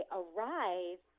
arrive